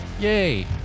yay